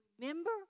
remember